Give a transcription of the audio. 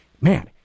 Man